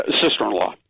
sister-in-law